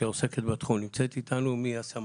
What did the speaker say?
שעוסקת בתחום, מהסמנכ"לית